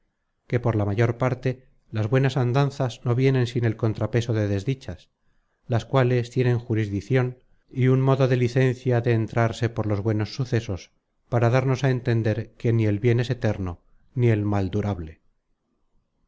que por la mayor parte las buenas andanzas no vienen sin el contrapeso de desdichas las cuales tienen jurisdicion y un modo de licencia de entrarse por los buenos sucesos para darnos a entender que ni el bien es eterno ni el mal durable